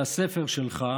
של הספר שלך